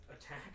attack